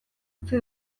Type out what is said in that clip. utzi